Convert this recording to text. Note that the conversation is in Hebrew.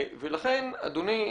ולכן אדוני,